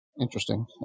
Interesting